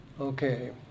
Okay